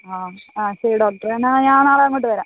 ശരി ഡോക്ടറെ എന്നാൽ ഞാൻ നാളെ അങ്ങോട്ട് വരാം